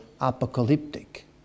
apocalyptic